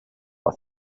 but